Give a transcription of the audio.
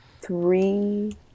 three